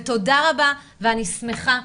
ותודה רבה ואני שמחה,